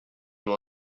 will